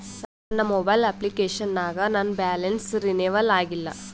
ನನ್ನ mobile application ನಾಗ ನನ್ ಬ್ಯಾಲೆನ್ಸ್ ರೀನೇವಲ್ ಆಗಿಲ್ಲ